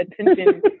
attention